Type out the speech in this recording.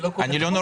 אני לא נורבגי.